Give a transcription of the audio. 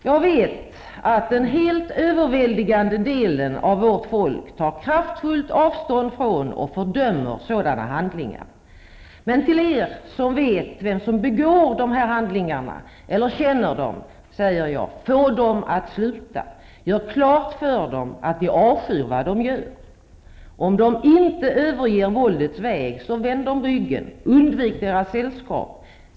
Jag vet att den helt överväldigande delen av vårt folk tar kraftfullt avstånd från och fördömer sådana handlingar. Men till er som vet vem som begår dessa handlingar eller känner dem säger jag: Få dem att sluta! Gör klart för dem att ni avskyr vad de gör. Om de inte överger våldets väg så vänd dem ryggen! Undvik deras sällskap!